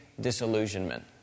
disillusionment